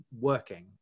working